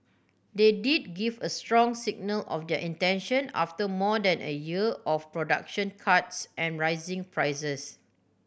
they did give a strong signal of their intention after more than a year of production cuts and rising prices